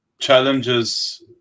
Challenges